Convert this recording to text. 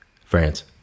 France